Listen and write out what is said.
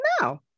no